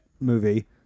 movie